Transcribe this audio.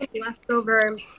Leftover